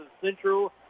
Central